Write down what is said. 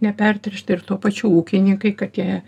nepertręšta ir tuo pačiu ūkininkai kad jie